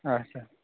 اچھا